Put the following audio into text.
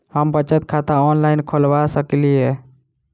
हम बचत खाता ऑनलाइन खोलबा सकलिये?